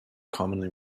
commonly